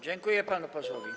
Dziękuję panu posłowi.